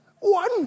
one